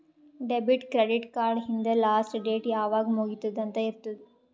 debit, credit card ಹಿಂದ್ last date ಯಾವಾಗ್ ಮುಗಿತ್ತುದ್ ಅಂತ್ ಇರ್ತುದ್